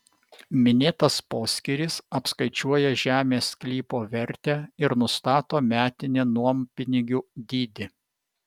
minėtas poskyris apskaičiuoja žemės sklypo vertę ir nustato metinį nuompinigių dydį